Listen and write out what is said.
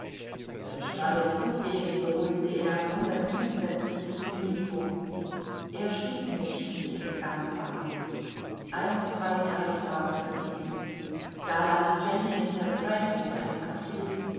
wird schon alles gut gehen beruhigte er und der zug setzte sich in bewegung er schrieb nicht wie es gegangen war ein zwei drei tage vergingen da las jenny es in der zeitung in einem caf